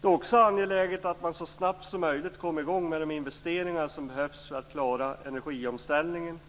Det är också angeläget att man så snabbt som möjligt kommer i gång med de investeringar som behövs för att klara energiomställningen